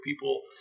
people